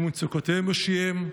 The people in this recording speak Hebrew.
וממצוקותיהם יושיעם,